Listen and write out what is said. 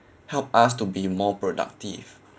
help us to be more productive